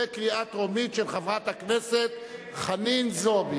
של חברת הכנסת חנין זועבי,